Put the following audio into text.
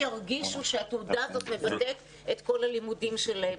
ירגישו בה בטוב וירגישו שהתעודה הזאת באמת מבטאת את כל הלימודים שלהם.